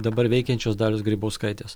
dabar veikiančios dalios grybauskaitės